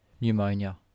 pneumonia